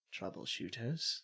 troubleshooters